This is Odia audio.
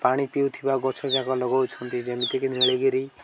ପାଣି ପିଉଥିବା ଗଛଯାକ ଲଗଉଛନ୍ତି ଯେମିତିକି ନୀଳଗିରି